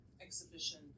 exhibition